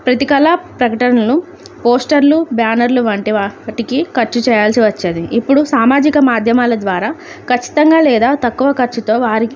ప్రతి కళ ప్రకటనలను పోస్టర్లు బ్యానర్లు వంటి వాటికి ఖర్చు చేయాల్సి వచ్చేది ఇప్పుడు సామాజిక మాధ్యమాల ద్వారా ఖచ్చితంగా లేదా తక్కువ ఖర్చుతో వారి